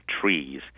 trees